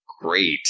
great